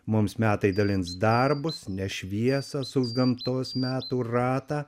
mums metai dalins darbus ne šviesą suks gamtos metų ratą